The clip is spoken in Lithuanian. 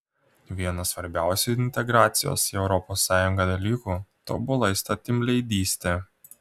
vienas svarbiausių integracijos į europos sąjungą dalykų tobula įstatymleidystė